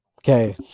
Okay